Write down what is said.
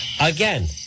Again